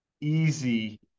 easy